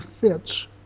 fits